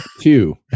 two